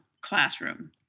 classroom